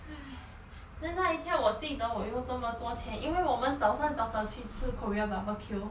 !haiya! then 那一天我记得我又这么多钱因为我们早上早早去吃 korean barbecue